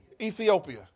Ethiopia